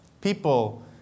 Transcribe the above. people